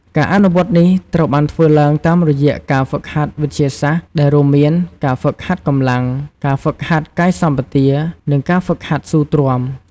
ការអនុវត្តនេះត្រូវបានធ្វើឡើងតាមរយៈការហ្វឹកហាត់វិទ្យាសាស្ត្រ ដែលរួមមាន ការហ្វឹកហាត់កម្លាំង ការហ្វឹកហាត់កាយសម្បទា និងការហ្វឹកហាត់ស៊ូទ្រាំ។